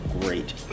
great